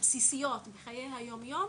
בסיסיות בחיי היום יום,